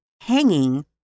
hanging